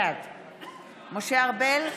בעד משה ארבל,